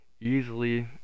easily